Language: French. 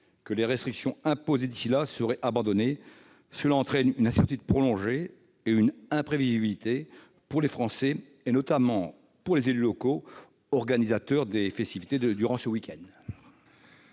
que les restrictions imposées d'ici là seraient abandonnées, ce qui entraîne une incertitude prolongée et une imprévisibilité pour les Français, notamment pour les élus locaux organisateurs des festivités durant ce week-end.